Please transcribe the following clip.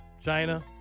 China